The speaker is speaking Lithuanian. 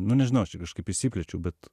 nu nežinau aš kažkaip išsiplėčiau bet